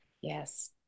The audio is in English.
Yes